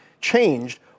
changed